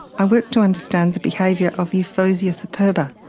i worked to understand the behaviour of euphausia superba,